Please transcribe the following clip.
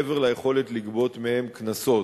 מעבר ליכולת לגבות מהן קנסות.